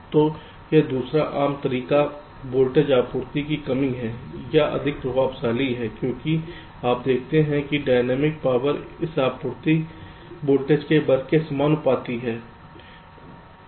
तो यह दूसरा आम तरीका वोल्टेज की आपूर्ति में कमी है यह अधिक प्रभावशाली है क्योंकि आप देखते हैं कि डायनेमिक पावर इस आपूर्ति वोल्टेज के वर्ग के समानुपाती है